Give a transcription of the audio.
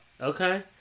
Okay